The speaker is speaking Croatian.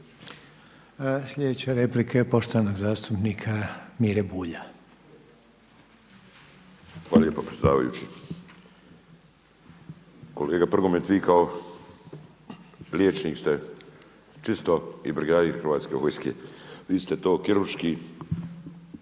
Sljedeća replika je uvaženog zastupnika Mire Bulja. **Bulj, Miro (MOST)** Hvala lijepa predsjedavajući. Kolega Prgomet, vi kao liječnik ste čisto i brigadir Hrvatske vojske vi ste to kirurški